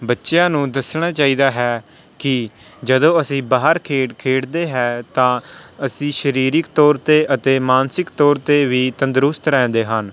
ਬੱਚਿਆਂ ਨੂੰ ਦੱਸਣਾ ਚਾਹੀਦਾ ਹੈ ਕਿ ਜਦੋਂ ਅਸੀਂ ਬਾਹਰ ਖੇਡ ਖੇਡਦੇ ਹਾਂ ਤਾਂ ਅਸੀਂ ਸਰੀਰਕ ਤੌਰ 'ਤੇ ਅਤੇ ਮਾਨਸਿਕ ਤੌਰ 'ਤੇ ਵੀ ਤੰਦਰੁਸਤ ਰਹਿੰਦੇ ਹਨ